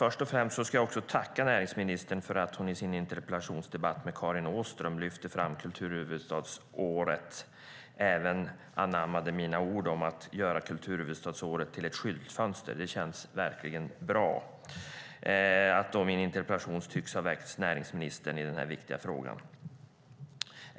Jag ska också tacka näringsministern för att hon i sin interpellationsdebatt med Karin Åström lyfte fram kulturhuvudstadsåret och även anammade mina ord om att göra kulturhuvudstadsåret till ett skyltfönster. Det känns verkligen bra att min interpellation tycks ha väckt näringsministern i denna viktiga fråga.